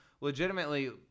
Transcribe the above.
Legitimately